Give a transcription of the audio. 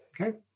Okay